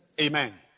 Amen